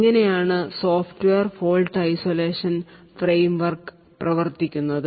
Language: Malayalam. ഇങ്ങനെയാണ് സോഫ്റ്റ്വെയർ ഫോൾട്ട് ഐസൊലേഷൻ ഫ്രെയിംവർക്ക് പ്രവർത്തിക്കുന്നത്